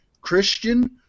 Christian